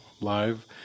Live